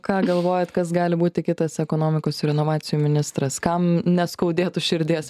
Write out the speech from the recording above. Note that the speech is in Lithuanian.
ką galvojat kas gali būti kitas ekonomikos ir inovacijų ministras kam neskaudėtų širdies